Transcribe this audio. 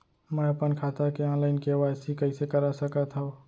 मैं अपन खाता के ऑनलाइन के.वाई.सी कइसे करा सकत हव?